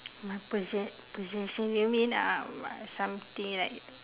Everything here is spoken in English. my possess possession you mean uh what something like